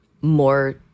more